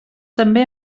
també